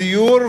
סיור,